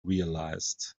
realized